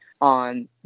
on